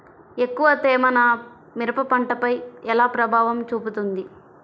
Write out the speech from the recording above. ఎక్కువ తేమ నా మిరప పంటపై ఎలా ప్రభావం చూపుతుంది?